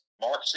Mark